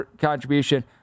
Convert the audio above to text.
contribution